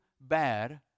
bad